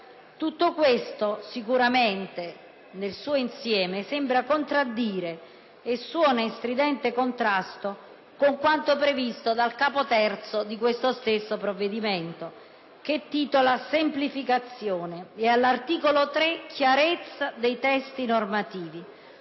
Tutto questo, nel suo insieme, sembra contraddire e suona in stridente contrasto con quanto previsto dal Capo II di questo stesso provvedimento ("Semplificazioni") e dall'articolo 3 ("Chiarezza dei testi normativi").